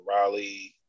Raleigh